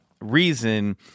reason